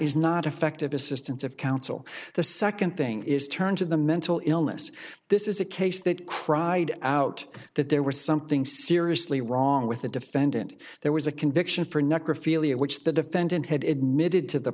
is not effective assistance of counsel the second thing is turn to the mental illness this is a case that cried out that there was something seriously wrong with the defendant there was a conviction for necrophilia which the defendant had admitted to the